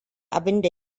abinda